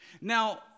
Now